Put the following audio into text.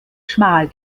schmal